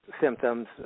symptoms